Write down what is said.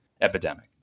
epidemic